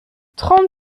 trente